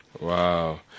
Wow